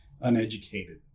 uneducated